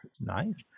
Nice